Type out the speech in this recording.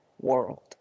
world